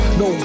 no